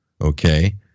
okay